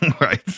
Right